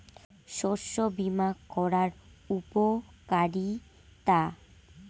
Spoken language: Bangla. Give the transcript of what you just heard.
শস্য বিমা করার উপকারীতা?